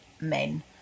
men